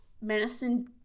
medicine